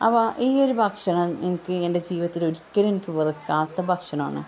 അപ്പോള് ഈ ഒരു ഭക്ഷണം എനിക്ക് എൻ്റെ ജീവിതത്തിൽ ഒരിക്കലും എനിക്ക് വെറുക്കാത്തൊരു ഭക്ഷണമാണ്